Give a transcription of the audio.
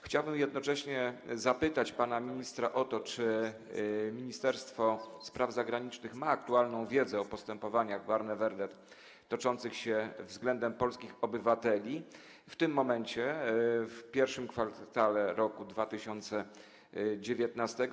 Chciałbym jednocześnie zapytać pana ministra: Czy Ministerstwo Spraw Zagranicznych ma aktualną wiedzę o postępowaniach Barnevernet toczących się względem polskich obywateli w tym momencie, w pierwszym kwartale roku 2019?